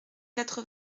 quatre